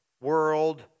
world